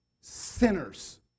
sinners